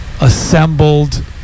Assembled